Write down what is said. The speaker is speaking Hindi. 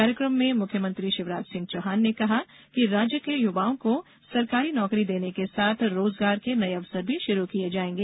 कार्यक्रम में मुख्यमंत्री शिवराज सिंह चौहान ने कहा कि राज्य के युवाओं को सरकारी र्नौकरी देने के साथ रोजगार के नये अवसर भी शुरू किये जायेंगे